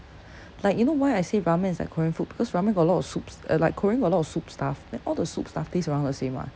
like you know why I say ramen is like korean food because ramen got a lot of soups uh like korean got a lot of soup stuff then all the soup stuff taste around the same [what]